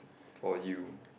for you